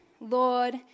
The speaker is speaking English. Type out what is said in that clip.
Lord